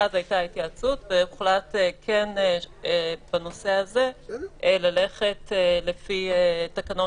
ואז הייתה התייעצות והוחלט בנושא הזה ללכת לפי תקנות